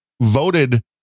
voted